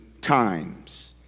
times